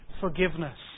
forgiveness